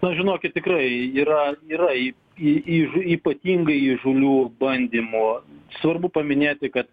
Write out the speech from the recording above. na žinokit tikrai yra yra į jį ypatingai įžūlių bandymų svarbu paminėti kad